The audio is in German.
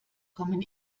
kommen